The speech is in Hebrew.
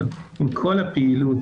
אבל אם כל הפעילות,